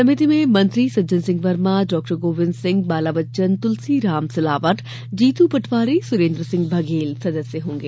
समिति में मंत्री सज्जन सिंह वर्मा डॉ गोविंद सिंह बाला बच्चन तुलसीराम सिलावट जीतू पटवारी सुरेन्द्र सिंह बघेल सदस्य होंगे